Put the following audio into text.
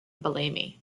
bellamy